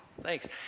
Thanks